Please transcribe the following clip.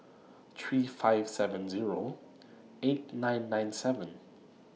three five seven Zero eight nine nine seven